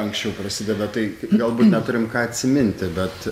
anksčiau prasideda tai galbūt neturim ką atsiminti bet